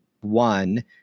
one